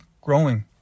growing